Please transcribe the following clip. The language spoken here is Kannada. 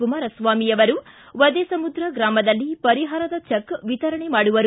ಕುಮಾರಸ್ವಾಮಿ ಅವರು ವದೆಸಮುದ್ರ ಗ್ರಾಮದಲ್ಲಿ ಪರಿಹಾರದ ಚೆಕ್ ವಿತರಣೆ ಮಾಡುವರು